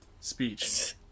speech